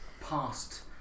past